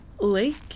Lake